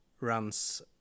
runs